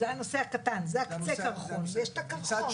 זה הנושא הקטן, זה קצה הקרחון, ויש את הקרחון.